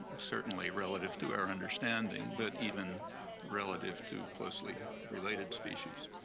certainly relative to our understanding, but even relative to closely related species.